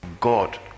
God